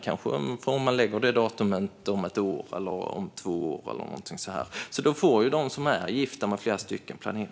Om man lägger det datumet ett eller två år framåt i tiden får de som är gifta med flera människor planera.